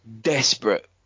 desperate